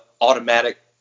automatic